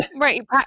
Right